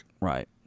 Right